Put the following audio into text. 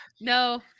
no